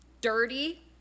dirty